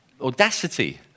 audacity